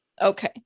Okay